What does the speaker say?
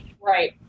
right